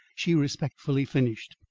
she respectfully finished.